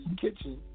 kitchen